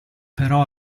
però